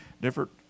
different